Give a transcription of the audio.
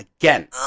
again